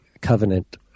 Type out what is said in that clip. covenant